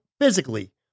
physically